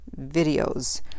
videos